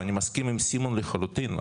ואני מסכים עם סימון לחלוטין,